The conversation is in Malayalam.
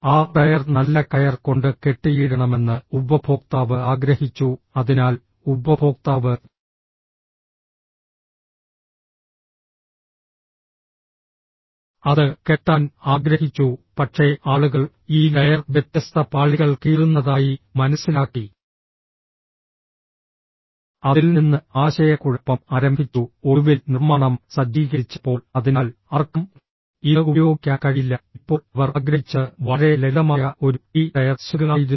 ആ ടയർ നല്ല കയർ കൊണ്ട് കെട്ടിയിടണമെന്ന് ഉപഭോക്താവ് ആഗ്രഹിച്ചു അതിനാൽ ഉപഭോക്താവ് അത് കെട്ടാൻ ആഗ്രഹിച്ചു പക്ഷേ ആളുകൾ ഈ ടയർ വ്യത്യസ്ത പാളികൾ കീറുന്നതായി മനസ്സിലാക്കി അതിൽ നിന്ന് ആശയക്കുഴപ്പം ആരംഭിച്ചു ഒടുവിൽ നിർമ്മാണം സജ്ജീകരിച്ചപ്പോൾ അതിനാൽ ആർക്കും ഇത് ഉപയോഗിക്കാൻ കഴിയില്ല ഇപ്പോൾ അവർ ആഗ്രഹിച്ചത് വളരെ ലളിതമായ ഒരു ട്രീ ടയർ സ്വിംഗ് ആയിരുന്നു